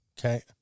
Okay